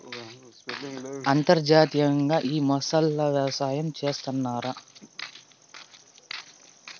అంతర్జాతీయంగా ఈ మొసళ్ళ వ్యవసాయం చేస్తన్నారు